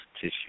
tissue